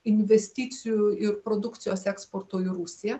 investicijų ir produkcijos eksporto į rusiją